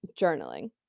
journaling